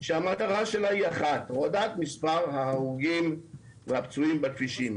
שהמטרה שלה היא אחת הורדת מספר ההרוגים והפצועים בכבישים.